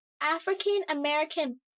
African-American